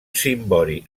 cimbori